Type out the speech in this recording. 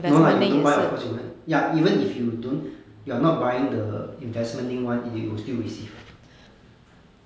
no lah you don't buy of course you wont ya even if don't you are not buying the investment link [one] you will still receive